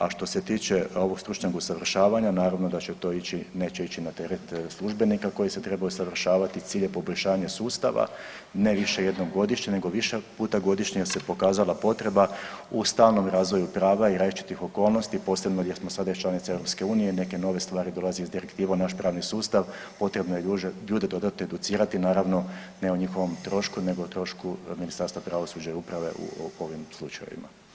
A što se tiče ovog stručnog usavršavanja, naravno da će to ići, neće ići na teret službenika koji se treba usavršavati, cilj je poboljšanje sustava, ne više jednom godišnje nego više puta godišnje jer se pokazala potreba u stalnom razvoju prava i različitih okolnosti, posebno jer smo sada članica EU, neke nove stvari dolaze iz direktive u naš pravni sustav, potrebno je ljude dodatno educirati, naravno, ne o njihovom trošku, nego trošku Ministarstva pravosuđa i uprave u ovim slučajevima.